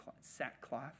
sackcloth